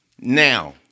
Now